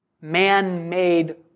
man-made